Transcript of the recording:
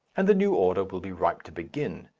and the new order will be ripe to begin.